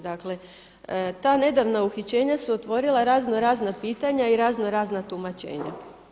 Dakle, ta nedavna uhićenja su otvorila razno razna pitanja i razno razna tumačenja.